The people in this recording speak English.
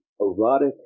erotic